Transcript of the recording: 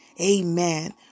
Amen